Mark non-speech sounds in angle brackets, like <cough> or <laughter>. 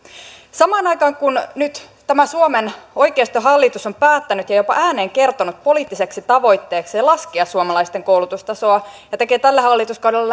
samaan aikaan kun nyt tämä suomen oikeistohallitus on päättänyt ja jopa ääneen kertonut poliittiseksi tavoitteekseen laskea suomalaisten koulutustasoa ja tekee tällä hallituskaudella <unintelligible>